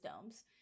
domes